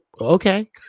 okay